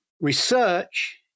research